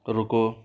रुको